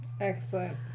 Excellent